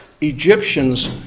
Egyptians